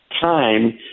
Time